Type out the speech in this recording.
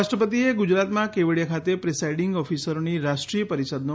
રાષ્ટ્રપતિએ ગુજરાતમાં કેવડિયા ખાતે પ્રિસાઇડિંગ ઓફિસરોની રાષ્ટ્રીય પરિષદનો